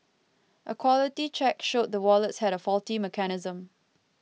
a quality check showed the wallets had a faulty mechanism